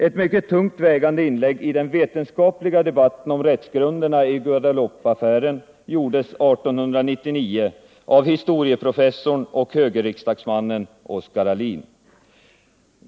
Ett mycket tungt vägande inlägg i den vetenskapliga debatten om rättsgrunderna i Guadeloupeaffären gjordes 1899 av historieprofessorn och högerriksdagsmannen Oskar Alin.